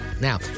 Now